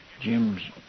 Jim's